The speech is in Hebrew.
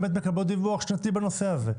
האם בדקתם שהמועצות באמת מקבלות דיווח שנתי בנושא הזה?